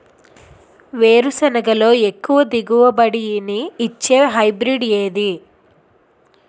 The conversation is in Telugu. వేరుసెనగ లో ఎక్కువ దిగుబడి నీ ఇచ్చే హైబ్రిడ్ ఏది?